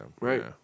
right